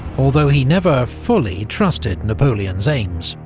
although he never fully trusted napoleon's aims